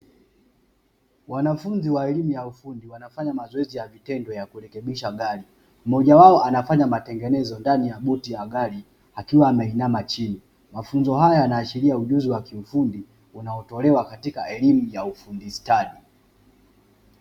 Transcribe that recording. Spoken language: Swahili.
Wanafunzi wa elimu ya ufundi wanafanya mazoezi ya vitendo ya kurekebisha gari, mmoja wao anafanya matengenezo ndani ya buti ya gari, akiwa ameinama chini. Mafunzo haya yakiwa yanaashilia ujuzi wa kiufundi unaotolewa katika elimu ya ufundi stadi .